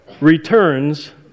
returns